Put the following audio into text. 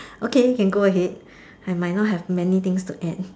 okay can go ahead I might not have many things to add